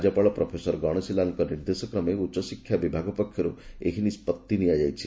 ରାଜ୍ୟପାଳ ପ୍ରଫେସର ଗଣେଶୀଲାଲଙ୍କ ନିର୍ଦ୍ଦେଶ କ୍ରମେ ଉଚ୍ଚଶିକ୍ଷା ବିଭାଗ ପକ୍ଷରୁ ଏହି ନିଷ୍ବଉି ନିଆଯାଇଛି